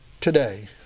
today